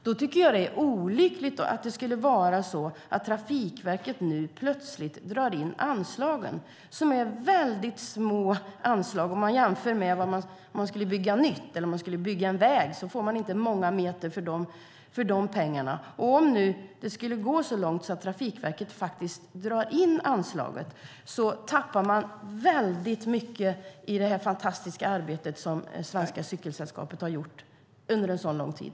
Därför tycker jag att det vore olyckligt om Trafikverket nu plötsligt skulle dra in anslagen, som är väldigt små om man jämför med om man skulle bygga en väg. Då skulle man inte få många meter väg för pengarna. Om det nu skulle gå så långt att Trafikverket faktiskt drar in anslaget tappar man väldigt mycket av det fantastiska arbete som Svenska Cykelsällskapet har gjort under så lång tid.